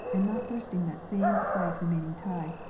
and not bursting that same slight remaining tie,